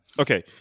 okay